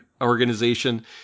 organization